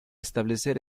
establecer